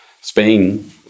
Spain